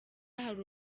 hari